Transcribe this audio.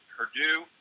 Purdue